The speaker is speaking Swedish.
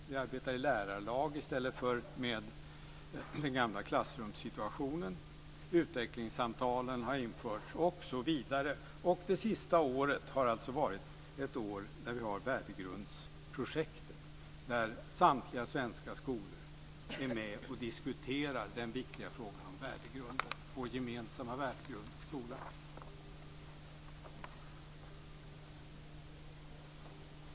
Vi arbetar i lärarlag i stället för den gamla klassrumssituationen. Utvecklingssamtalen har införts osv. Det senaste året har alltså varit ett år med värdegrundsprojektet, där samtliga svenska skolor är med och diskuterar den viktiga frågan om vår gemensamma värdegrund i skolan.